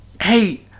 hey